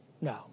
No